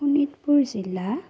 শোণিতপুৰ জিলা